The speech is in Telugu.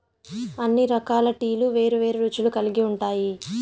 అన్ని రకాల టీలు వేరు వేరు రుచులు కల్గి ఉంటాయి